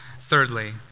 thirdly